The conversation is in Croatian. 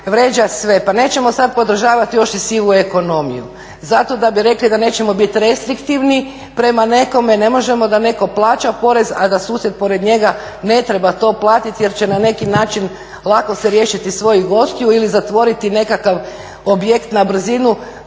vrijeđa sve. Pa nećemo sada podržavati još i sivu ekonomiju zato da bi rekli da nećemo biti restriktivni prema nekome, ne možemo da netko plaća porez, a da susjed pored njega ne treba to platiti jer će na neki način lako se riješiti svojih gostiju ili zatvoriti nekakav objekt na brzinu